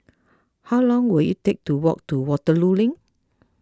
how long will it take to walk to Waterloo Link